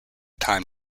time